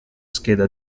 scheda